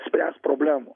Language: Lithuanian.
spręst problemų